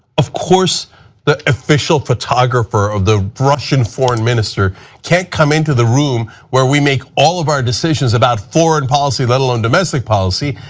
of course the official photographer of the russian foreign minister can't come into the room where we make all of our decisions about foreign policy, let alone domestic policy,